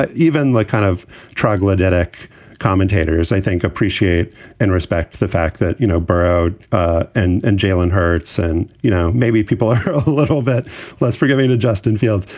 but even the like kind of troglodyte like commentator is, i think, a. reshape and respect the fact that, you know, baroud ah and and jalen hurts and, you know, maybe people are a little bit less forgiving to justin fields,